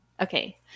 Okay